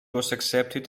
accepted